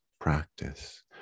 practice